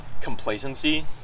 complacency